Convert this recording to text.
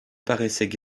paraissaient